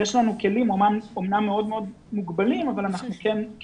יש לנו כלים אמנם מאוד מאוד מוגבלים להיות שם.